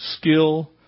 skill